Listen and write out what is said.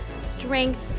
strength